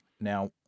now